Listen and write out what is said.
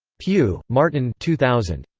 pugh, martin two thousand.